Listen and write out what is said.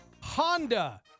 Honda